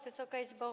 Wysoka Izbo!